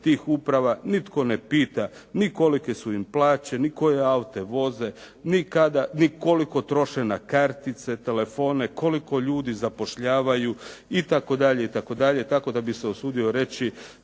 tih uprava nitko ne pita ni kolike su im plaće, ni koje aute voze, ni kada, ni koliko troše na kartice, telefone, koliko ljudi zapošljavaju itd., itd. Tako da bih se usudio reći